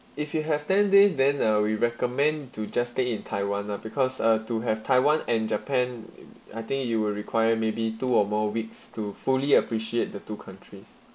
if you have ten days then uh we recommend to just stay in taiwan lah because uh to have taiwan and japan I think you will require maybe two or more weeks to fully appreciate the two countries